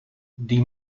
die